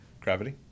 Gravity